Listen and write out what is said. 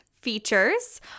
features